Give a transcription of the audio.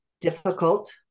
difficult